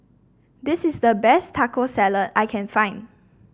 this is the best Taco Salad I can find